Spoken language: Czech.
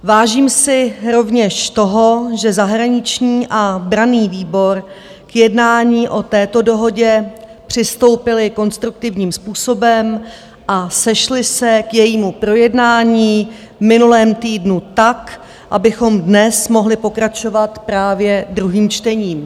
Vážím si rovněž toho, že zahraniční a branný výbor k jednání o této dohodě přistoupily konstruktivním způsobem a sešly se k jejímu projednání v minulém týdnu tak, abychom dnes mohli pokračovat právě druhým čtením.